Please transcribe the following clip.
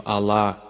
Allah